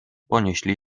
ponieśli